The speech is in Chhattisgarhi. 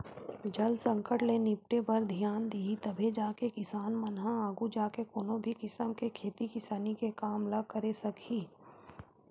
जल संकट ले निपटे बर धियान दिही तभे जाके किसान मन ह आघू जाके कोनो भी किसम के खेती किसानी के काम ल करे सकही